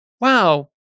wow